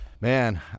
man